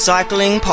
Cycling